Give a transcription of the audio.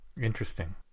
Interesting